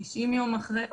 90 יום אחרי,